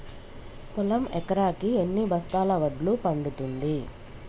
పొలం ఎకరాకి ఎన్ని బస్తాల వడ్లు పండుతుంది?